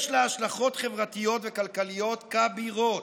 יש לה השלכות חברתיות וכלכליות כבירות.